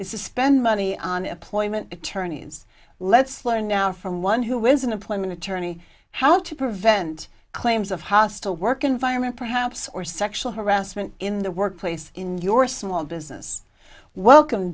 is to spend money on employment attorneys let's learn now from one who is an employment attorney how to prevent claims of hostile work environment perhaps or sexual harassment in the workplace in your small business welcome